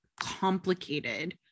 complicated